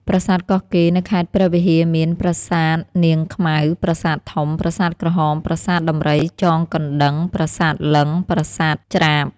ប្រាសាទកោះកេរ នៅខេត្តព្រះវិហាមាន ប្រសាទនាងខ្មៅ ប្រសាទធំ ប្រាសាទក្រហម ប្រាសាទដំរីចងកណ្តឹង ប្រាសាទលិង្គ ប្រាសាទច្រាប។